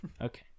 Okay